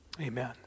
Amen